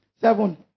Seven